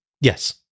Yes